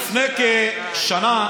לפני כשנה,